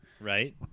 Right